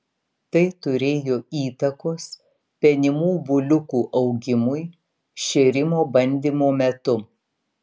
tai turėjo įtakos penimų buliukų augimui šėrimo bandymo metu